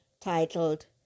titled